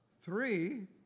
Three